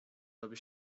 robi